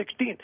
2016